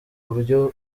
buryo